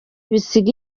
bisiga